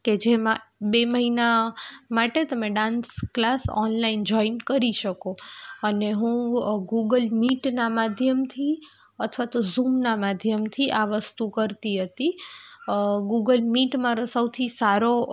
કે જેમાં બે મહિના માટે તમે ડાન્સ ક્લાસ ઓનલાઈન જોઈન કરી શકો અને હું ગૂગલ મીટના માધ્યમથી અથવા તો ઝુમના માધ્યમથી આ વસ્તુ કરતી હતી ગૂગલ મીટ મારો સૌથી સારો